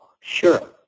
Sure